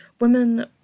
Women